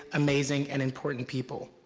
amazing, and important people,